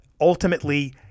Ultimately